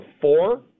four